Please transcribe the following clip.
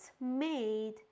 made